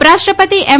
ઉપરાષ્ટ્રપતિ એમ